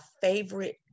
favorite